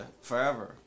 forever